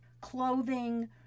clothing